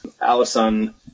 Allison